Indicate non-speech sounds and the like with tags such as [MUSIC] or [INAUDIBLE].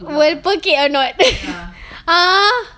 pekik or not [LAUGHS] !huh!